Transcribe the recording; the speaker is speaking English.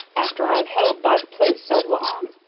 after i've held by the place so long,